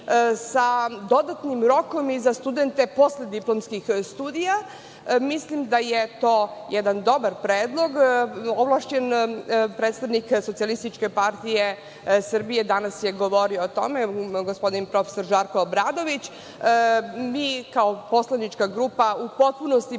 sa dodatnim rokom i za studente posle diplomskih studija. Mislim da je to jedan dobar predlog. Ovlašćen predstavnik SPS je danas govorio o tome, gospodin prof. Žarko Obradović. Mi kao poslanička grupa u potpunosti